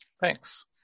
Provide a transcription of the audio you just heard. Thanks